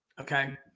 Okay